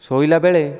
ଶୋଇଲାବେଳେ